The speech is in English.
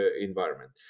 environment